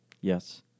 Yes